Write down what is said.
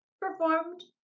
performed